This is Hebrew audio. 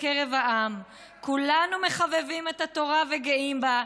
בקרב העם"; "כולנו מחבבים את התורה וגאים בה,